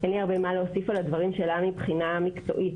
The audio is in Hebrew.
אין לי הרבה מה להוסיף על הדברים שלה מבחינה מקצועית,